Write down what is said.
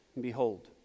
behold